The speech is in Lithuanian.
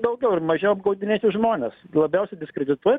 daugiau ir mažiau apgaudinėti žmones labiausiai diskredituoja